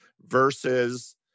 versus